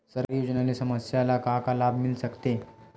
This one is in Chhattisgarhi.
सरकारी योजना ले समस्या ल का का लाभ मिल सकते?